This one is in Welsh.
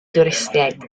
dwristiaid